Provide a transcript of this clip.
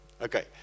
okay